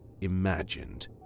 imagined